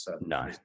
No